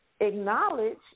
acknowledge